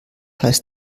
heißt